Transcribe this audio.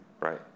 Right